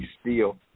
steel